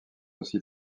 aussi